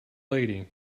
lady